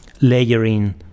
layering